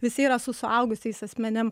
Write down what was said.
visi yra su suaugusiais asmenim